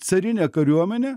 carinę kariuomenę